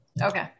Okay